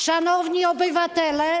Szanowni Obywatele!